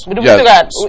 Yes